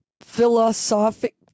philosophic